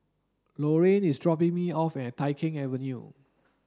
Laraine is dropping me off at Tai Keng Avenue